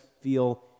feel